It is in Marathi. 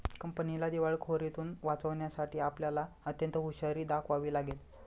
कंपनीला दिवाळखोरीतुन वाचवण्यासाठी आपल्याला अत्यंत हुशारी दाखवावी लागेल